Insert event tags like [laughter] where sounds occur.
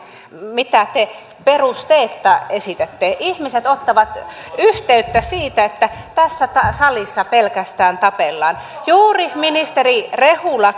mitä te perusteetta esitätte ihmiset ottavat yhteyttä siitä että tässä salissa pelkästään tapellaan juuri ministeri rehula [unintelligible]